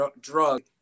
drug